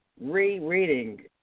rereading